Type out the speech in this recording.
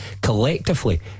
collectively